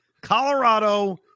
Colorado